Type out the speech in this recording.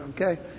okay